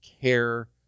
care